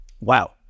Wow